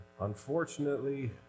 unfortunately